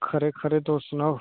खरे खरे तुस सनाओ